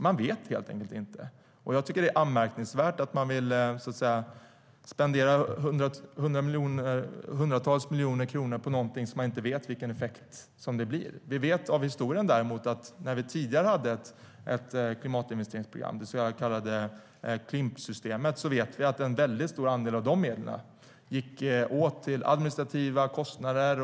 Man vet helt enkelt inte, och jag tycker att det är anmärkningsvärt att man vill spendera hundratals miljoner kronor på någonting man inte vet effekten av. Av historien vet vi däremot följande: När vi tidigare hade ett klimatinvesteringsprogram, det så kallade Klimpsystemet, gick en stor andel av medlen åt till administrativa kostnader.